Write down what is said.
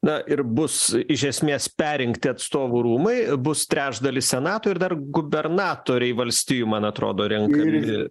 na ir bus iš esmės perrinkti atstovų rūmai bus trečdalis senato ir dar gubernatoriai valstijų man atrodo renkami